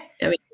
yes